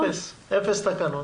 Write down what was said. אפס תקנות.